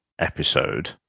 episode